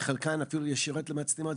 וחלקן אפילו ישירות למצלמות,